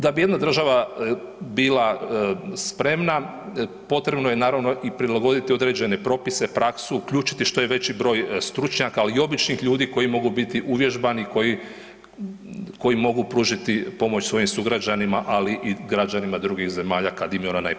Da bi jedna država bila spremna, potrebno je naravno i prilagoditi i određene propise, praksu, uključiti što je veći broj stručnjaka, ali i običnih ljudi koji mogu biti uvježbani, koji mogu pružiti pomoć svojim sugrađanima, ali i građanima drugih zemalja kad im je ona